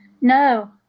no